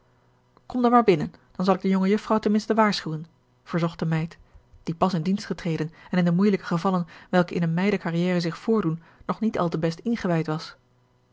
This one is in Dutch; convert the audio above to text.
kom dam maar binnen dan zal ik de jonge jufvrouw ten minste waarschuwen verzocht de meid die pas in dienst getreden en in de moeijelijke gevallen welke in eene meiden carrière zich voordoen nog niet al te best ingewijd was